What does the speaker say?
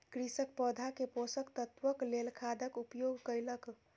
कृषक पौधा के पोषक तत्वक लेल खादक उपयोग कयलक